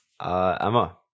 Emma